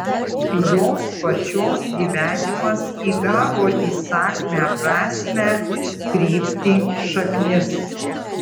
jos pačios gyvenimas įgavo įsakmią prasmę kryptį šaknis